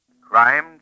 Crime